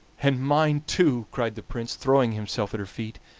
and mine too, cried the prince, throwing himself at her feet,